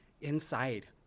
inside